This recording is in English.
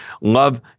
love